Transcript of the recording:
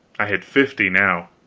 i had fifty now.